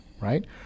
right